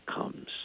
comes